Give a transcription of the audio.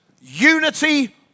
unity